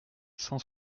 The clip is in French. cent